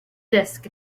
disk